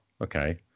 Okay